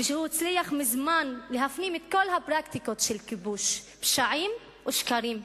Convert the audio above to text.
הוא הצליח מזמן להפנים את כל הפרקטיקות של כיבוש: פשעים ושקרים.